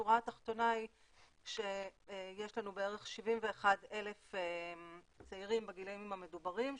השורה התחתונה היא שיש לנו בערך 71,000 צעירים בגילאים המדוברים,